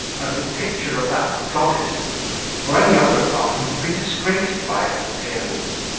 as the picture of that goddess for any other apartment would be disgraced by its appearance.